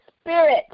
spirit